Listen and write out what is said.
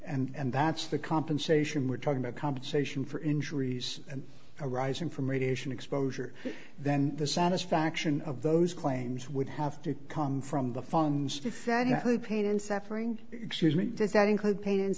and that's the compensation we're talking about compensation for injuries and arising from radiation exposure then the satisfaction of those claims would have to come from the funds defendant who pain and suffering excuse me